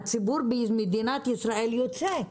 הציבור במדינת ישראל יוצא,